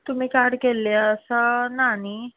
तुमी कार्ड केल्ले आसा ना न्ही